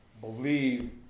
believe